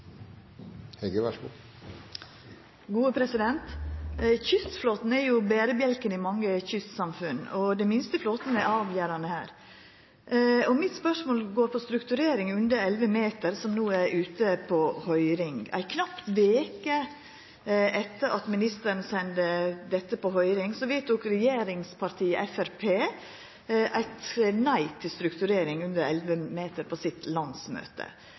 Kystflåten er berebjelken i mange kystsamfunn, og den minste flåten er avgjerande. Mitt spørsmål handlar om strukturering under 11 meter, som no er ute på høyring. Ei knapp veke etter at ministeren sende dette på høyring, vedtok regjeringspartiet Framstegspartiet på sitt landsmøte eit nei til strukturering under 11 meter. Finnmark Høyre, ministeren sitt